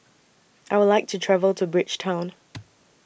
I Would like to travel to Bridgetown